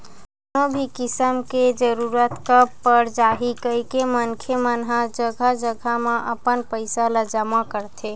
कोनो भी किसम के जरूरत कब पर जाही कहिके मनखे मन ह जघा जघा म अपन पइसा ल जमा करथे